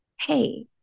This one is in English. Hey